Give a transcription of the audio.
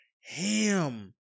ham